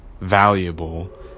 valuable